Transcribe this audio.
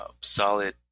solid